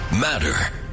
matter